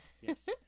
Yes